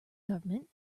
government